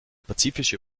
pazifische